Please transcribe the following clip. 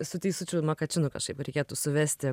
su teisučiu makačinu kažkaip reikėtų suvesti